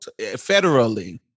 federally